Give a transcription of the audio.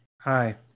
Hi